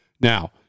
Now